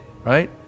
Right